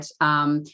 right